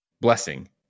blessing